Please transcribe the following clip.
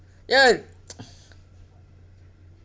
ya